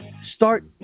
start